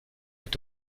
est